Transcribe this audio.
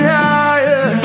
higher